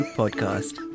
podcast